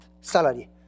salary